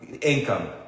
income